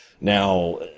Now